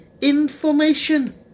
Information